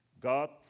God